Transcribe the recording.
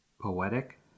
poetic